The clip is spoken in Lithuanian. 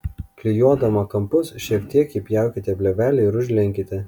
klijuodama kampus šiek tiek įpjaukite plėvelę ir užlenkite